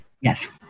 Yes